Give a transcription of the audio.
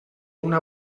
una